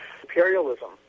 imperialism